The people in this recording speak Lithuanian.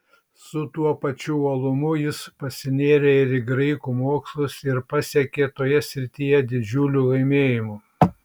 su tuo pačiu uolumu jis pasinėrė ir į graikų mokslus ir pasiekė toje srityje didžiulių laimėjimų